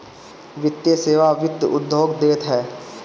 वित्तीय सेवा वित्त उद्योग देत हअ